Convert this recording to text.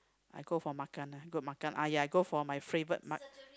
I go for makan ah go makan uh yeah go for my favourite